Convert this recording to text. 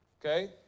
okay